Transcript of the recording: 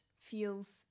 feels